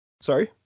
sorry